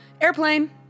Airplane